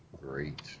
Great